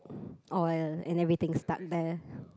oh yeah and everything stuck there